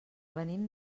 venim